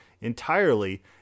entirely